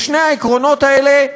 ושני העקרונות האלה,